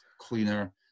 cleaner